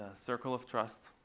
ah circle of trust.